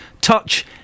touch